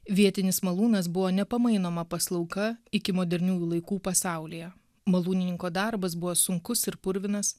vietinis malūnas buvo nepamainoma paslauga iki moderniųjų laikų pasaulyje malūnininko darbas buvo sunkus ir purvinas